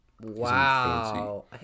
Wow